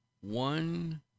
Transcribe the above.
one